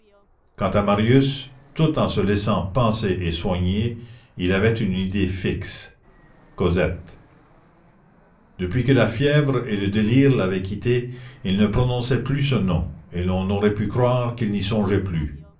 quant à marius tout en se laissant panser et soigner il avait une idée fixe cosette depuis que la fièvre et le délire l'avaient quitté il ne prononçait plus ce nom et l'on aurait pu croire qu'il n'y songeait plus